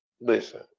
listen